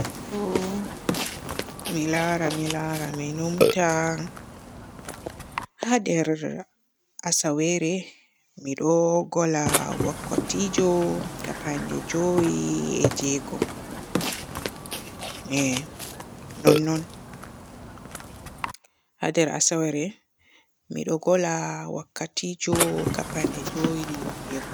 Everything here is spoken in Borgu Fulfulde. Milaara mi laara mi numta haa nder asawere mi ɗo golla wakkatijo kapande joowi e e jeego. Mi nonon haa nder asawere mi ɗo gola wakkatijo kapande joowi e jeego.